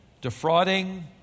defrauding